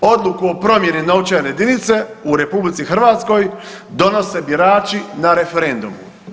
Odluku o promjeni novčane jedinice u RH donose birači na referendumu.